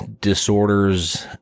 disorders